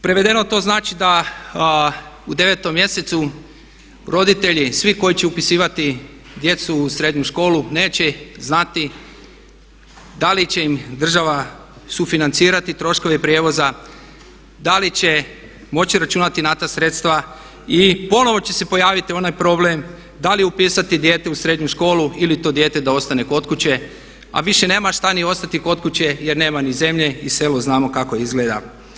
Prevedeno to znači da u 9 mjesecu roditelji svi koji će upisivati djecu u srednju školu neće znati da li će država sufinancirati troškove prijevoza, da li će moći računati na ta sredstva i ponovo će se pojaviti onaj problem da li upisati dijete u srednju školu i to dijete da ostane kod kuće, a više nema šta ni ostati kod kuće jer nema ni zemlje i selo znamo kako izgleda.